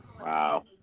Wow